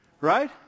Right